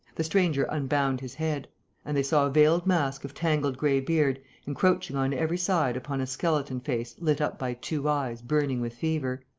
the stranger unbound his head and they saw a veiled mask of tangled grey beard encroaching on every side upon a skeleton face lit up by two eyes burning with fever.